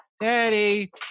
daddy